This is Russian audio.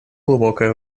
глубокое